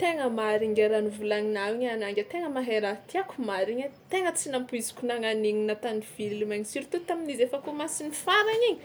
Tegna marina ngiahy raha novolaninà igny anà ngiahy tegna mahay raha tiàko marigna ai, tegna tsy nampoiziko nana an'igny natan'ny filma igny surtout tamin'izy efa kômansy ny farany igny,